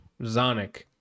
Zonic